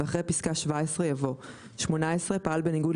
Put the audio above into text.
ואחרי פסקה (17) יבוא: "(18) פעל בניגוד